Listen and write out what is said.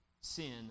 sin